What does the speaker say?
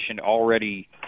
already